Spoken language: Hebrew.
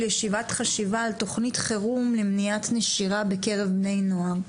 ישיבת חשיבה על תכנית חירום למניעת נשירה בקרב בני נוער.